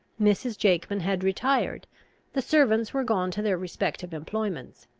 mrs. jakeman had retired the servants were gone to their respective employments.